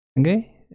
okay